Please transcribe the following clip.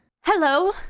Hello